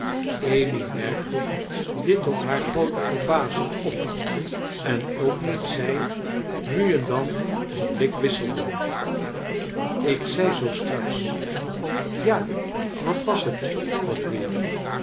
amy merkte dit tot haar groote verbazing op en ook dat zij nu en dan een blik wisselden ik zei zoo straks ja wat was het ook weer